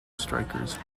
strikers